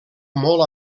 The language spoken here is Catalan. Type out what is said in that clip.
molt